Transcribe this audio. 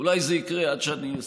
אולי זה יקרה עד שאני אסיים.